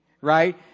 right